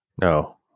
no